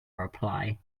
reply